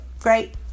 great